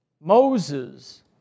Moses